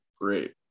great